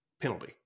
penalty